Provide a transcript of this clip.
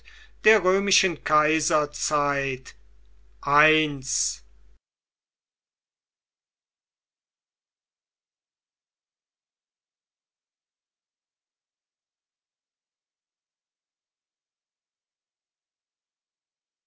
der römischen kaiserzeit